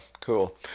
cool